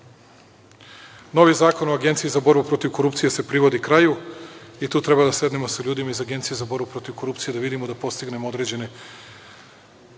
Zakon o agenciji za borbu protiv korupcije se privodi kraju i to treba da sednemo sa ljudima iz Agenciju za borbu protiv korupcije, da vidimo da postignemo određene